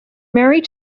married